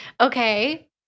Okay